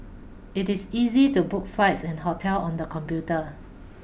it is easy to book flights and hotel on the computer